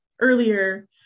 earlier